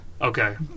Okay